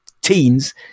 teens